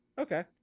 Okay